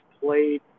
played